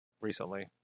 recently